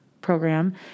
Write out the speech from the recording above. program